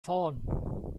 ffôn